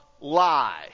lie